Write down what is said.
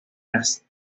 las